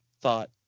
thought